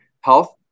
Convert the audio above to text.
health